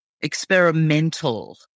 experimental